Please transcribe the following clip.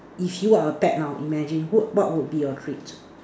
if you're a pet now imagine what would be your treat